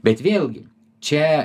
bet vėlgi čia